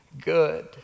good